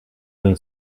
even